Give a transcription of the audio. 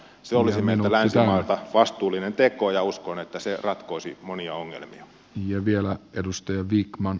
se olisi meiltä länsimailta vastuullinen teko ja uskon että se ratkoisi monia ongelmia ja vielä edustaja wiikman